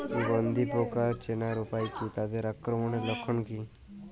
গন্ধি পোকা চেনার উপায় কী তাদের আক্রমণের লক্ষণ কী?